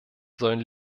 sollen